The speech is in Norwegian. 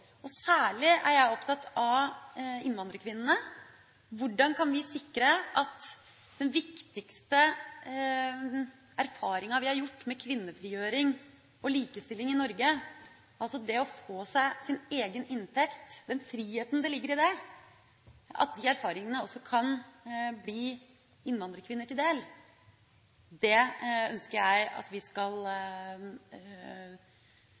Særlig er jeg opptatt av innvandrerkvinnene. Hvordan kan vi sikre at de viktigste erfaringene vi har gjort med kvinnefrigjøring og likestilling i Norge – altså det å få seg egen inntekt og den friheten som ligger i det – også kan bli innvandrerkvinner til del? Det ønsker jeg at vi skal